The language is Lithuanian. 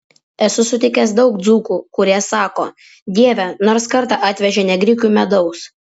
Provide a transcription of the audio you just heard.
esu sutikęs daug dzūkų kurie sako dieve nors kartą atvežė ne grikių medaus